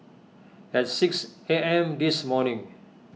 at six A M this morning